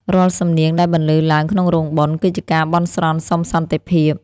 រាល់សំនៀងដែលបន្លឺឡើងក្នុងរោងបុណ្យ គឺជាការបន់ស្រន់សុំសន្តិភាព។